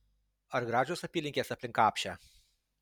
ar gražios apylinkės aplink apšę